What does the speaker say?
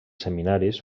seminaris